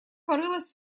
порылась